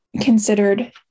considered